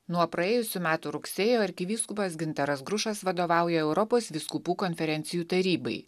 nuo praėjusių metų rugsėjo arkivyskupas gintaras grušas vadovauja europos vyskupų konferencijų tarybai